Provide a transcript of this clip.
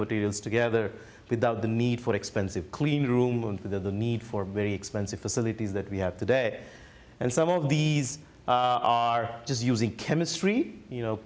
materials together without the need for expensive clean room and the need for very expensive facilities that we have today and some of these are just using chemistry you know